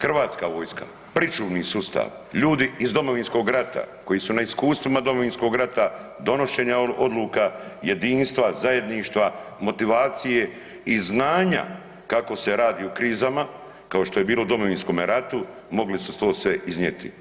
Hrvatska vojska pričuvni sustav, ljudi iz Domovinskog rata koji su na iskustvima Domovinskog rata donošenja odluka, jedinstva, zajedništva, motivacije i znanja kako se radi u krizama kao što je bilo u Domovinskome ratu mogli su to sve iznijeti.